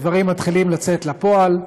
הדברים מתחילים לצאת לפועל,